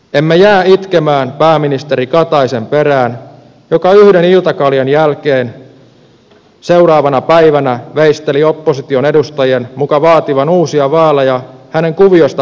emme jää itkemään pääministeri kataisen perään joka yhden iltakaljan jälkeen seuraavana päivänä veisteli opposition edustajien muka vaativan uusia vaaleja hänen kuviosta poistumisensa takia